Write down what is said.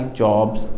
jobs